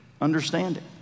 understanding